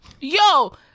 Yo